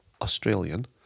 Australian